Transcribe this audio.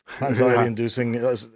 anxiety-inducing